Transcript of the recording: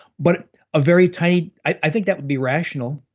but a very tiny, i think that would be rational.